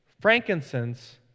frankincense